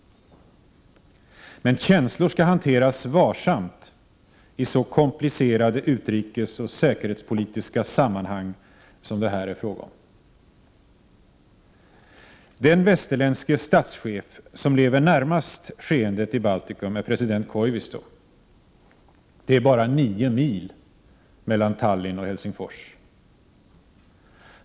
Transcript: Men känslor skall hanteras varsamt i så komplicerade utrikesoch säkerhetspolitiska sammanhang som det här är fråga om. Den västerländske statschef som lever närmast skeendet i Baltikum är president Koivisto. Det är bara 9 mil mellan Tallinn och Helsingfors.